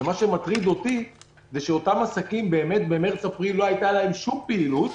מה שמטריד אותי זה שאותם עסקים באמת לא הייתה להם שום פעילות